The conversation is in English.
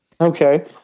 Okay